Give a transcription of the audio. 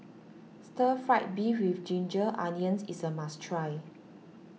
Stir Fried Beef with Ginger Onions is a must try